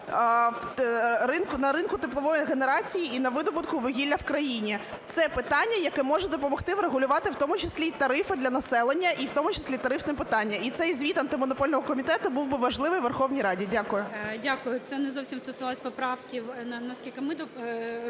на ринку теплової генерації і на видобуток вугілля в країні. Це питання, яке може допомогти врегулювати в тому числі тарифи для населення, і в тому числі тарифне питання. І цей звіт Антимонопольного комітету був би важливий у Верховній Раді. Дякую. ГОЛОВУЮЧИЙ. Дякую. Це не зовсім стосувалось поправки. Наскільки ми розуміємо,